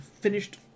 finished